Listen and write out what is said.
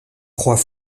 crois